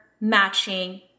matching